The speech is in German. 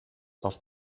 auf